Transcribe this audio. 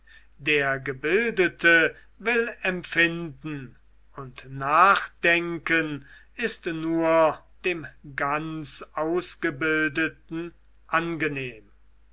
der gebildete will empfinden und nachdenken ist nur dem ganz ausgebildeten angenehm